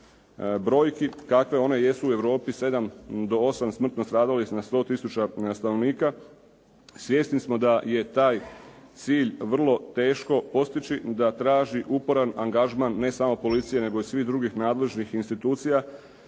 brojki, kakve one jesu u Europi, 7 do 8 smrtno stradalih na 100 tisuća stanovnika, svjesni smo da je taj cilj vrlo teško postići, da traži uporan angažman ne samo policije, nego i svih drugih nadležnih institucija